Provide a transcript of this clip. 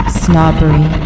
snobbery